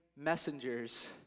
Messengers